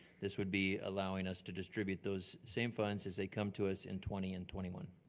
this would be allowing us to distribute those same funds as they come to us in twenty and twenty one.